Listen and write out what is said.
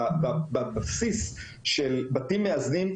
בבסיס של בתים מאזנים,